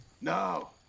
No